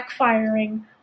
backfiring